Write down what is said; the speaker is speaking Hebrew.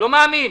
לא מאמין.